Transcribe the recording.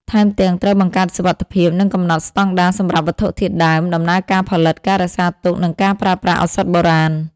ថែមទាំង ត្រូវបង្កើតសុវត្ថិភាព និងកំណត់ស្តង់ដារសម្រាប់វត្ថុធាតុដើម ដំណើរការផលិត ការរក្សាទុក និងការប្រើប្រាស់ឱសថបុរាណ។